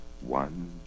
one